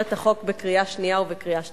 את החוק בקריאה שנייה ובקריאה שלישית.